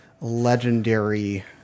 legendary